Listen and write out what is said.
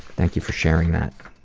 thank you for sharing that.